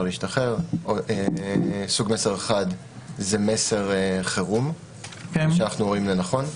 להשתחרר: סוג מסר אחד - מסר חירום שאנו רואים לנכון,